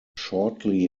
shortly